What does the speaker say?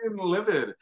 livid